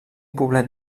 poblet